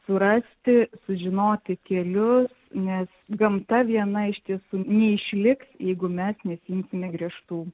surasti sužinoti kelius nes gamta viena iš tiesų neišliks jeigu mes nesiimsime griežtų